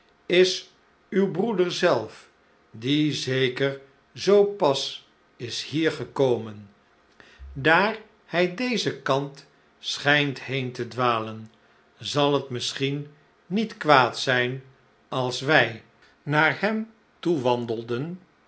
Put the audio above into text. is uw broeder zelf die zeker zoo pas is hier gekomen daar hij dezen kant schijnt heen te dwalen zal het misschien niet kwaad zijn als wij naar hem toe wandelden